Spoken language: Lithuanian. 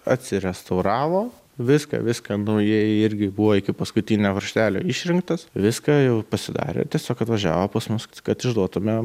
atsirestauravo viską viską naujai irgi buvo iki paskutinio varžtelio išrinktas viską jau pasidarė tiesiog atvažiavo pas mus kad išduotumėm